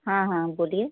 ہاں ہاں بولیے